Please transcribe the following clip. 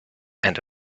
and